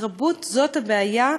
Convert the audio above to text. התרבות זאת הבעיה,